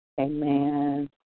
Amen